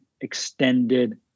extended